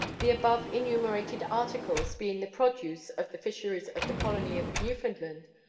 the above-enumerated articles, being the produce of the fisheries of the colony of newfoundland,